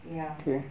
ya